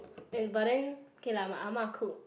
but then okay lah my ah ma cook